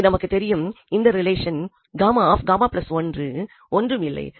இங்கு நமக்கு தெரியும் இந்த ரிலேஷன் ஒன்றும் இல்லை